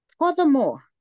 Furthermore